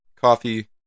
coffee